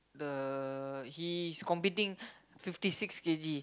the he is competing fifty six K_G